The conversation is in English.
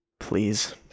please